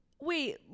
Wait